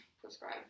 prescribe